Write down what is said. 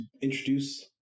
introduce